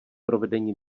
provedení